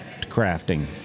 crafting